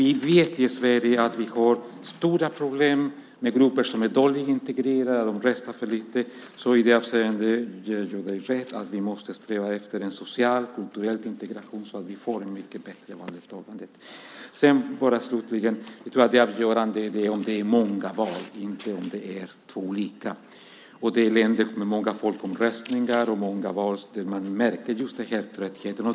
I Sverige har vi stora problem med att grupper som är dåligt integrerade röstar för lite, så i det avseendet ger jag dig rätt: Vi måste sträva efter en social och kulturell integration så att vi får ett mycket bättre valdeltagande. Slutligen tror jag att det avgörande är om det är många val, inte om det är två olika. Det är i länder med många folkomröstningar och många val som man märker denna trötthet.